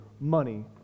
money